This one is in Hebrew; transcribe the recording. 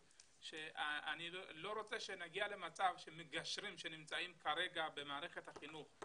אני לא רוצה שנגיע למצב של מגשרים שנמצאים כרגע במערכת החינוך,